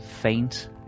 faint